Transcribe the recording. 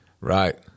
Right